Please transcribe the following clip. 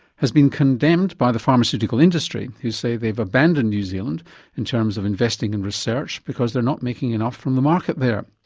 has been condemned by the pharmaceutical industry, who say they've abandoned new zealand in terms of investing in research because they're not making enough from the market there.